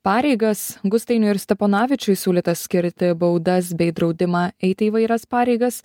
pareigas gustainiui ir steponavičiui siūlyta skirti baudas bei draudimą eiti įvairias pareigas